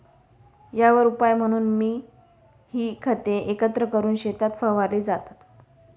यावर उपाय म्हणून ही खते एकत्र करून शेतात फवारली जातात